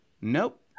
nope